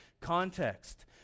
context